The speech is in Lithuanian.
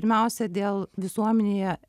pirmiausia dėl visuomenėje